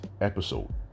episode